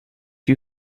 you